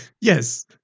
yes